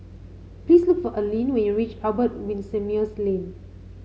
please look for Allene when you reach Albert Winsemius Lane